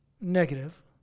Negative